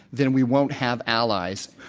then we won't have allies.